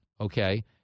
Okay